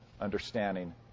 understanding